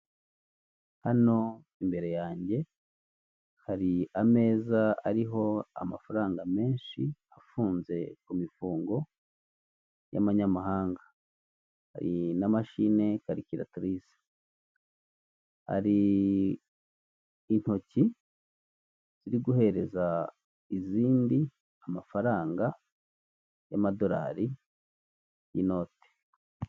Hano imbere yanjye hari ameza ariho amafaranga menshi afunze kumifungo y'amanyamahanga harin'amashine karikiratirise, hari intoki ziri guhereza izindi amafaranga yamadolari y'inoti.